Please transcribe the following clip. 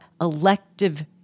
elective